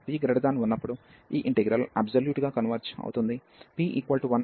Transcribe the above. P 1 ఉన్నప్పుడు ఈ integral absolute గా కన్వర్జ్ అవుతుంది